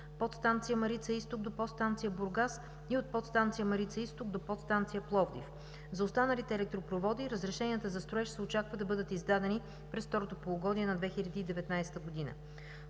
подстанция „Марица изток“ до подстанция „Бургас“ и от подстанция „Марица изток“ до подстанция „Пловдив“. За останалите електропроводи разрешенията за строеж се очаква да бъдат издадени през второто полугодие на 2019 г.